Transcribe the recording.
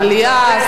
מליאה?